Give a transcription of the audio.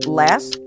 last